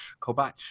kobach